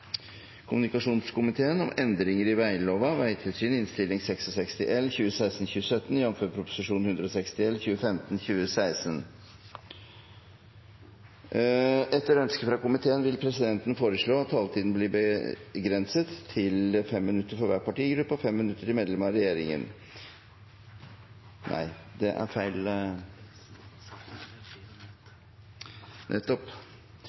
Etter ønske fra transport- og kommunikasjonskomiteen vil presidenten foreslå at taletiden blir begrenset til 5 minutter til hver partigruppe og 5 minutter til medlemmer av regjeringen. Videre vil presidenten foreslå at det